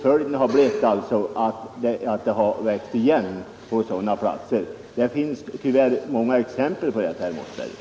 Följden har blivit att marken har växt igen på sådana platser. Det finns tyvärr många exempel på detta, herr Mossberger.